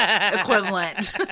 equivalent